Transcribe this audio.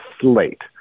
Slate